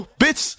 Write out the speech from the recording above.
bitch